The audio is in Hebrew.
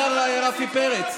השר רפי פרץ,